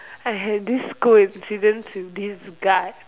I have this coincidence with this guy